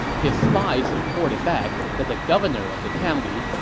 his spies reported back that the governor of the county,